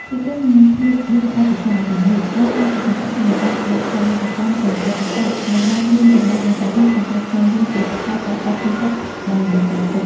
ភាពយន្ត និងភាពយន្តឯកសារទាំងនេះបានក្លាយជាកញ្ចក់ឆ្លុះបញ្ចាំងពីសោកនាដកម្មប្រវត្តិសាស្ត្រ និងបានរួមចំណែកយ៉ាងសំខាន់ក្នុងការស្វែងយល់ពីផលប៉ះពាល់ផ្លូវចិត្តដែលបន្សល់ទុក។